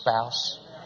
spouse